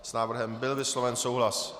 S návrhem byl vysloven souhlas.